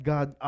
God